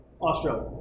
Australia